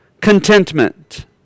Contentment